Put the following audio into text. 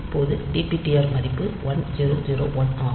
இப்போது dptr மதிப்பு 1001 ஆகும்